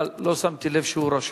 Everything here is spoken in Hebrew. אבל לא שמתי לב שהוא רשום.